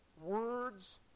words